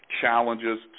challenges